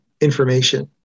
information